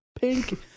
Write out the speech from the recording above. pink